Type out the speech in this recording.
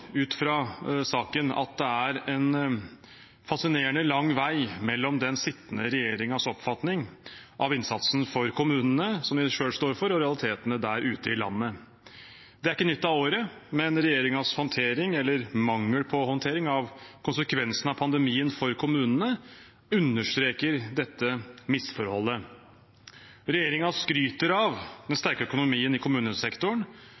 ut fra saken at det er en fascinerende lang vei mellom den sittende regjeringens oppfatning av innsatsen for kommunene, som de selv står for, og realitetene der ute i landet. Det er ikke nytt av året, men regjeringens håndtering – eller mangel på håndtering – av konsekvensene av pandemien for kommunene understreker dette misforholdet. Regjeringen skryter av den sterke økonomien i kommunesektoren,